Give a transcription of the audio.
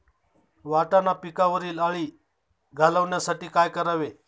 वाटाणा पिकावरील अळी घालवण्यासाठी काय करावे?